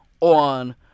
on